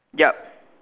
ya